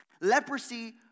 Leprosy